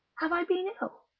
have i been ill?